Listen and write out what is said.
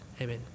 Amen